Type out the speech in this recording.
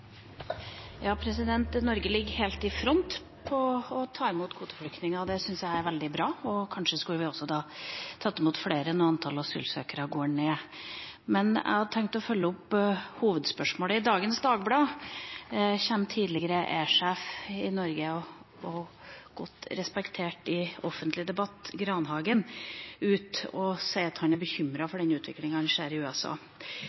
Norge ligger helt i front med å ta imot kvoteflyktninger, og det syns jeg er veldig bra, og kanskje skulle vi også tatt imot flere når antallet asylsøkere går ned. Jeg har tenkt å følge opp hovedspørsmålet. I dagens Dagbladet går tidligere E-sjef i Norge, Grandhagen, som er godt respektert i offentlig debatt, ut og sier at han er